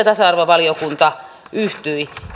tasa arvovaliokunta yhtyi